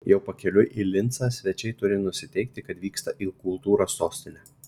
jau pakeliui į lincą svečiai turi nusiteikti kad vyksta į kultūros sostinę